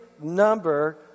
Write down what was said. number